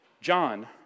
John